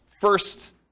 first